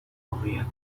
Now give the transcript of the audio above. واقعیت